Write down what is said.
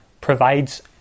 provides